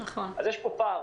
אז יש פה פער.